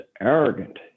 arrogant